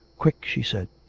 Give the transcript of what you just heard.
quick! she said.